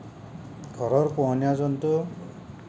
ঘৰৰ পোহনীয়া জন্তু